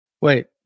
Wait